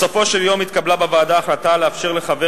בסופו של דבר התקבלה בוועדה ההחלטה לאפשר לחבר